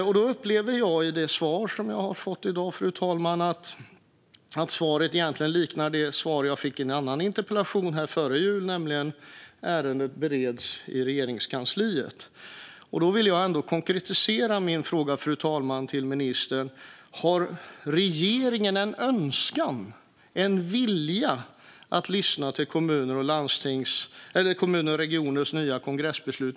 Jag upplever i det svar jag har fått i dag, fru talman, att det egentligen liknar det svar jag fick i en annan interpellation före jul, nämligen: Ärendet bereds i Regeringskansliet. Då, fru talman, vill jag konkretisera min fråga till ministern. Har regeringen en önskan, en vilja, att lyssna på Sveriges Kommuner och Regioners nya kongressbeslut?